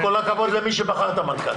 וכל הכבוד למי שבחר את המנכ"ל.